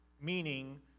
meaning